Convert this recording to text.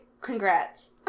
Congrats